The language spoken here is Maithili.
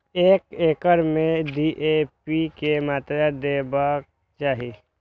एक एकड़ में डी.ए.पी के मात्रा देबाक चाही?